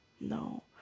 no